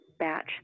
batch